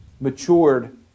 matured